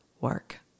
work